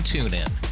TuneIn